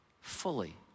fully